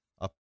up